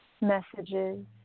messages